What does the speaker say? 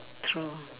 true